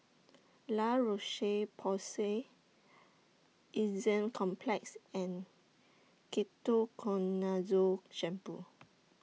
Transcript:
La Roche Porsay Complex and Ketoconazole Shampoo